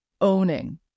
owning